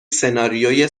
سناریوی